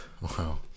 Wow